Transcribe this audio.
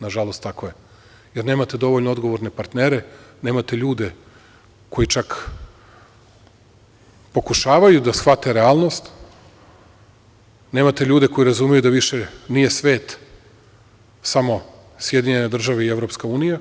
Nažalost, tako je, jer nemate dovoljno odgovorne partnere, nemate ljude koji čak, pokušavaju da shvate realnost, nemate ljude koji razumeju da više nije svet samo SAD i Evropska unija,